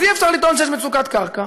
אז אי-אפשר לטעון שיש מצוקת קרקע